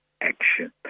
action